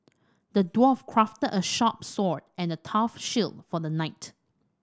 the dwarf crafted a sharp sword and a tough shield for the knight